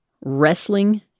wrestling